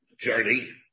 journey